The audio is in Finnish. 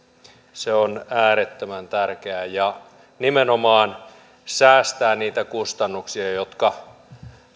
se on äärettömän tärkeä ja nimenomaan säästää niitä kustannuksia jotka